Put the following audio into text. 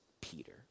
Peter